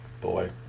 Boy